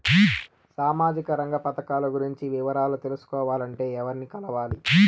సామాజిక రంగ పథకాలు గురించి వివరాలు తెలుసుకోవాలంటే ఎవర్ని కలవాలి?